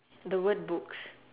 the word books